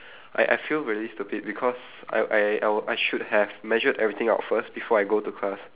I I feel really stupid because I I woul~ I should have measured everything out first before I go to class